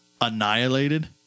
annihilated